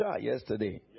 yesterday